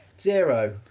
Zero